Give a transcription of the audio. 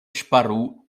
ŝparu